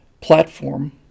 platform